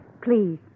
Please